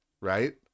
right